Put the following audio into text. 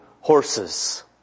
horses